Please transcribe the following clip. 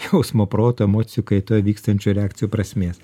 jausmo proto emocijų kaitoj vykstančių reakcijų prasmės